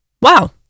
wow